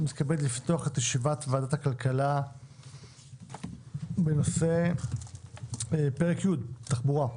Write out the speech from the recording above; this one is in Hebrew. אני מתכבד לפתוח את ישיבת ועדת הכלכלה בנושא פרק י' (תחבורה)